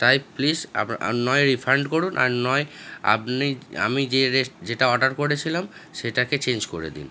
তাই প্লিস আপনার নয় রিফান্ড করুন আর নয় আপনি আমি যে রেস যেটা অর্ডার করেছিলাম সেটাকে চেঞ্জ করে দিন